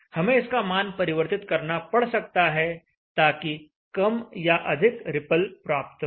हमें इसका मान परिवर्तित करना पड़ सकता है ताकि कम या अधिक रिपल प्राप्त हो